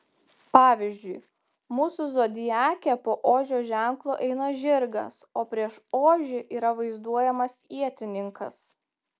pavyzdžiui mūsų zodiake po ožio ženklo eina žirgas o prieš ožį yra vaizduojamas ietininkas